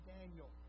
Daniel